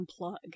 unplug